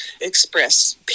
express